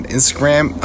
Instagram